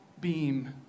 beam